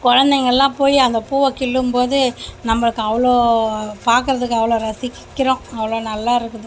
குழந்தைங்கள்லாம் போய் அந்த பூவை கிள்ளும் போது நம்மளுக்கு அவ்வளோ பார்க்கறதுக்கு அவ்வளோ ரசிக்கிறோம் அவ்வளோ நல்லாயிருக்குது